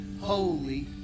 holy